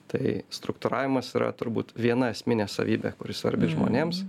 tai struktūravimas yra turbūt viena esminė savybė kuri svarbi žmonėms